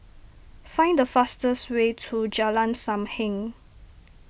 find the fastest way to Jalan Sam Heng